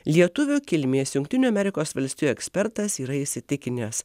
lietuvių kilmės jungtinių amerikos valstijų ekspertas yra įsitikinęs